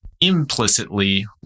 implicitly